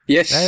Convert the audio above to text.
Yes